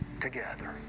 together